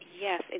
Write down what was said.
Yes